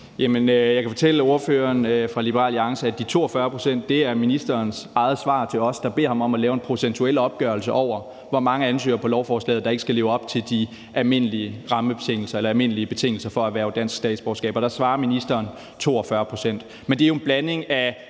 Jeg kan fortælle ordføreren fra Liberal Alliance, at de 42 pct. er fra ministerens eget svar til os, der har bedt ham om at lave en procentuel opgørelse over, hvor mange ansøgere på lovforslaget der ikke skal leve op til de almindelige rammebetingelser eller almindelige betingelser for at erhverve dansk statsborgerskab. Der svarer ministeren: 42 pct. Men det er jo en blanding af